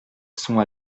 sont